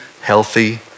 healthy